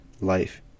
life